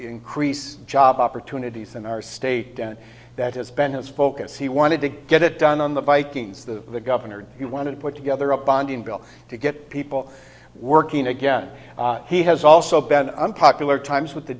increase job opportunities in our state and that has been his focus he wanted to get it done on the vikings the governor he wanted to put together a bonding bill to get people working again he has also been unpopular times with the